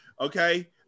okay